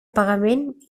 pagament